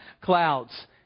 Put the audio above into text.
clouds